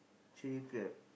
chilli crab